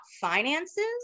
finances